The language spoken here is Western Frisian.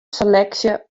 seleksje